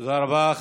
תודה רבה.